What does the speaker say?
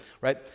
right